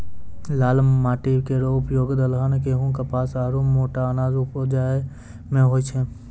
लाल माटी केरो उपयोग दलहन, गेंहू, कपास आरु मोटा अनाज उपजाय म होय छै